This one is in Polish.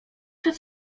przed